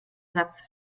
satz